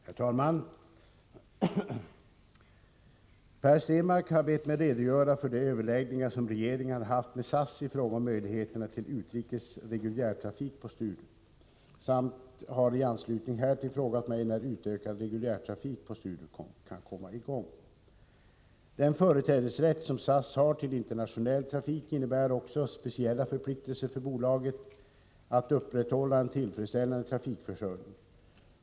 Herr talman! Per Stenmarck har bett mig redogöra för de överläggningar som regeringen har haft med SAS i fråga om möjligheterna till utrikes reguljärtrafik på Sturup samt har i anslutning härtill frågat mig när utökad reguljärtrafik på Sturup kan komma i gång. Den företrädesrätt som SAS har till internationell trafik innebär också speciella förpliktelser för bolaget att upprätthålla en tillfredsställande trafikförsörjning.